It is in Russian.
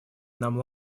нам